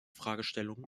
fragestellungen